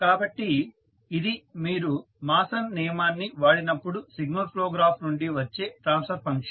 కాబట్టి ఇది మీరు మాసన్ నియమాన్ని వాడినప్పుడు సిగ్నల్ ఫ్లో గ్రాఫ్ నుండి వచ్చే ట్రాన్స్ఫర్ ఫంక్షన్